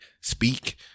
speak